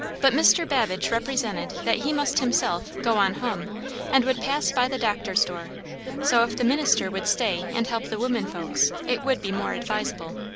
but mr. babbage represented that he must himself go on hum and would pass by the doctor's door so if the minister would stay and help the women folks, it would be more advisable.